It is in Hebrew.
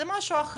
זה משהו אחר,